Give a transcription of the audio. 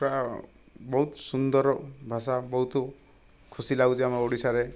ପ୍ରାୟ ବହୁତ ସୁନ୍ଦର ଭାଷା ବହୁତ ଖୁସି ଲାଗୁଛି ଆମ ଓଡ଼ିଶାରେ